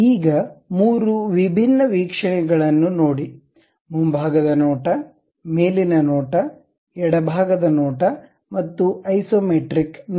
ಈಗ 3 ವಿಭಿನ್ನ ವೀಕ್ಷಣೆಗಳನ್ನು ನೋಡಿ ಮುಂಭಾಗದ ನೋಟ ಮೇಲಿನ ನೋಟ ಎಡಭಾಗದ ನೋಟ ಮತ್ತು ಐಸೊಮೆಟ್ರಿಕ್ ನೋಟ